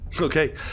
Okay